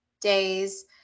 days